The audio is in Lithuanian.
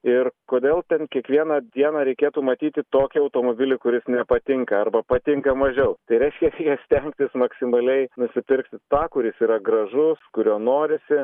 ir kodėl ten kiekvieną dieną reikėtų matyti tokį automobilį kuris nepatinka arba patinka mažiau tai reiškia reikia stengtis maksimaliai nusipirkti tą kuris yra gražus kurio norisi